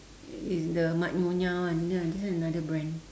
it's the mak nyonya one this one this one another brand